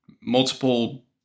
multiple